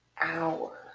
hour